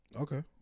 Okay